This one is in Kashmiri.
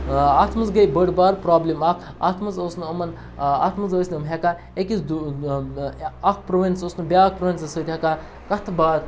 اَتھ منٛز گٔے بٔڑبار پرٛابلِم اَکھ اَتھ منٛز اوس نہٕ یِمَن اَتھ منٛز ٲسۍ نہٕ یِم ہٮ۪کان أکِس اَکھ پرٛووِنس اوس نہٕ بیٛاکھ پرٛووِنسَس سۭتۍ ہٮ۪کان کَتھٕ باتھ